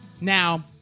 Now